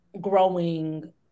growing